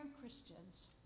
Christians